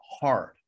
hard